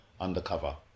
undercover